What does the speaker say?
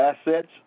assets